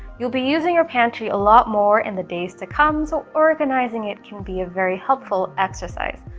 you'll be using your pantry a lot more in the days to come, so organizing it can be a very helpful exercise.